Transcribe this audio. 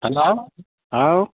hello how